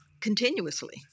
continuously